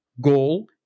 goal